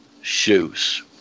shoes